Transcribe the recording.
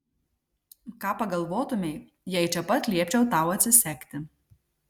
ką pagalvotumei jei čia pat liepčiau tau atsisegti